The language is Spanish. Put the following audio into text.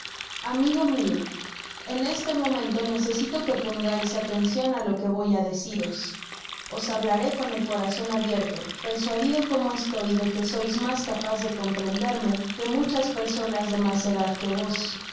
amigo mio en este momento necesito que pongais atencion á lo que voy á deciros os hablaré con el corazon abierto persuadido como estoy de que sois mas capaz de comprenderme que muchas personas de mas edad que vos